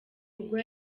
ubwo